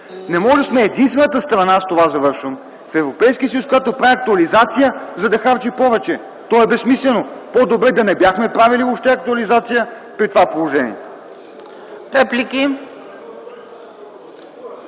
Не може да сме единствената страна – с това завършвам – в Европейския съюз, която прави актуализация, за да харчи повече! То е безсмислено. По-добре е да не бяхме правили въобще актуализация при това положение. (Реплики